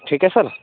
ठीक है सर